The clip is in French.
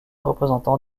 représentants